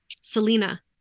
Selena